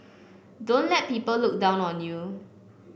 don't let people look down on you